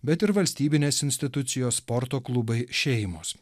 bet ir valstybinės institucijos sporto klubai šeimos